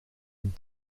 een